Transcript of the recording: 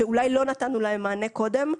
שאולי לא נתנו להם מענה קודם,